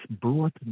brought